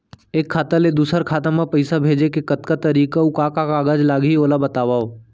एक खाता ले दूसर खाता मा पइसा भेजे के कतका तरीका अऊ का का कागज लागही ओला बतावव?